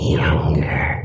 younger